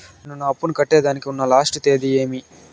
నేను నా అప్పుని కట్టేదానికి ఉన్న లాస్ట్ తేది ఏమి?